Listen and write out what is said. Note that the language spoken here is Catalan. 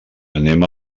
anem